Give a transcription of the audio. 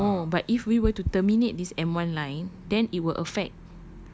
I know but if we were to terminate this M one line then it will affect